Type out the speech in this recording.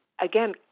again